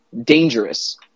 dangerous